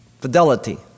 Fidelity